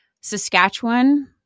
saskatchewan